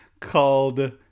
called